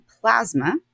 plasma